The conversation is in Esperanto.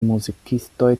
muzikistoj